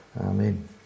Amen